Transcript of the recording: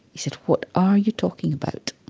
he said, what are you talking about?